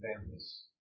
families